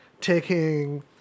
taking